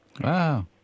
Wow